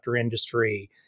industry